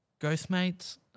Ghostmates